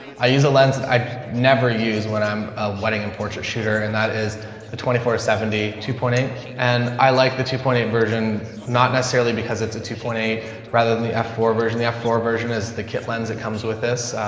i use a lens that i never use when i'm wedding and portrait shooter. and that is the twenty four to seventy two point eight and i like the two point eight version, not necessarily because it's a two point eight rather than the f four version. the four version is the kit lens that comes with this.